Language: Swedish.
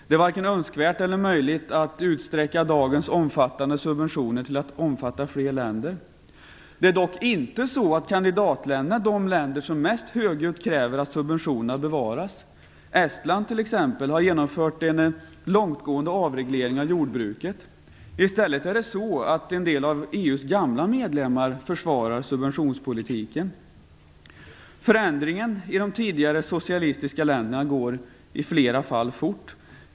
Det är varken önskvärt eller möjligt att utsträcka dagens omfattande subventioner till att omfatta fler länder. Det är dock inte så att kandidatländerna är de länder som mest högljutt kräver att subventionerna bevaras. Estland t.ex. har genomfört en långtgående avreglering av jordbruket. I stället är det så att en del av EU:s gamla medlemmar försvarar subventionspolitiken. Förändringen i de tidigare socialistiska länderna går i flera fall fort.